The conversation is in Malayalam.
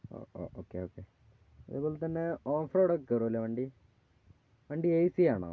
ഓ ഓ ഓക്കെ ഓക്കെ അതുപോലെത്തന്നെ ഓഫ് റോഡൊക്കെ കയറുമല്ലേ വണ്ടി വണ്ടി എ സിയാണോ